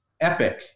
Epic